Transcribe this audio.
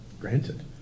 granted